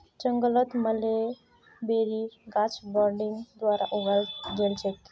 जंगलत मलबेरीर गाछ बडिंग द्वारा उगाल गेल छेक